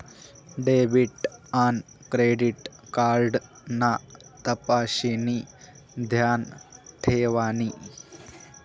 debit आन credit card ना तपशिनी ध्यान ठेवानी